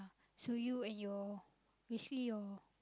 so you and your is he your